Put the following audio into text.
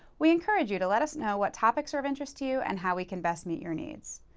we encourage you to let us know what topics are of interest to you and how we can best meet your needs.